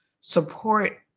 support